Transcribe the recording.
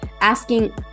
asking